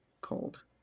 called